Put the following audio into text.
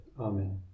Amen